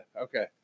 Okay